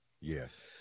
Yes